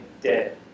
dead